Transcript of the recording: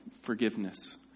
forgiveness